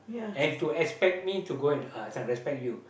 and to expect me to go and uh this one respect you